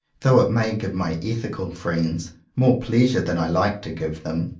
though it may give my ethical friends more pleasure than i like to give them,